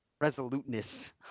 resoluteness